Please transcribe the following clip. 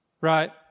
right